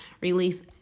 release